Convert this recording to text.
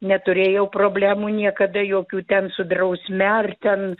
neturėjau problemų niekada jokių ten su drausme ar ten